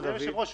אדוני היושב-ראש,